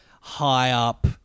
high-up